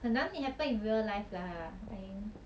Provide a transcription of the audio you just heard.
很难 it happen in real life lah I mean